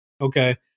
okay